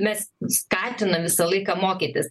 mes skatinam visą laiką mokytis